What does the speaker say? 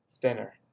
thinner